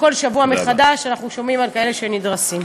וכל שבוע מחדש אנחנו שומעים על כאלה שנדרסים.